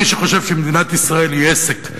מי שחושב שמדינת ישראל היא עסק,